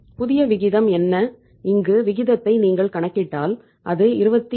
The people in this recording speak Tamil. புதிய விகிதம் என்ன இங்கு விகிதத்தை நீங்கள் கணக்கிட்டால் அது 27